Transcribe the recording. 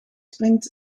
springt